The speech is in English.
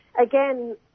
Again